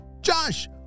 Josh